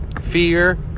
Fear